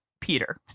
Peter